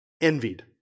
envied